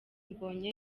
mbonyi